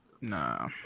Nah